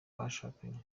bashakanye